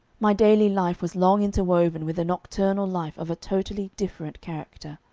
my daily life was long interwoven with a nocturnal life of a totally different character.